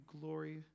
glory